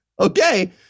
Okay